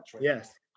Yes